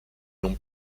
non